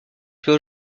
fait